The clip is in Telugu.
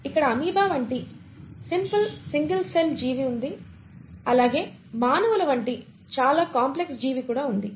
ఇక్కడ అమీబా వంటి సింపుల్ సింగల్ సెల్ జీవి ఉంది అలాగే మానవుల వంటి చాలా కాంప్లెక్స్ జీవి కూడా ఉంది